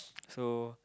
so